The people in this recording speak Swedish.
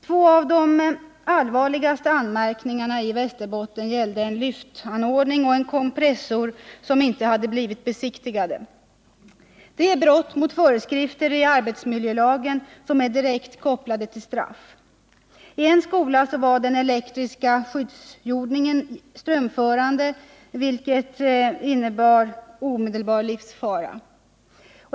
Två av de allvarligaste anmärkningarna vid undersökningen i Västerbotten gällde en lyftanordning och en kompressor som inte hade blivit besiktigade. Det är brott mot föreskrifter i arbetsmiljölagen som är direkt kopplade till straff. I en skola var den elektriska skyddsjordningen strömförande, vilket innebar omedelbar livsfara.